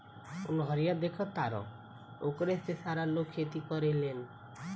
उ नहरिया देखऽ तारऽ ओकरे से सारा लोग खेती करेलेन